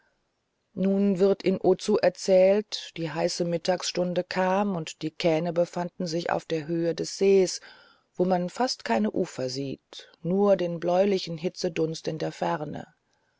nun wird in ozu erzählt die heiße mittagsstunde kam und die kähne befanden sich auf der höhe des sees wo man fast keine ufer sieht nur den bläulichen hitzedunst in der ferne